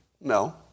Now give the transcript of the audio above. No